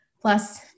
Plus